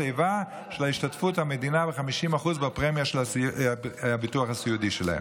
האיבה על השתתפות המדינה ב-50% בפרמיה של הביטוח הסיעודי שלהם.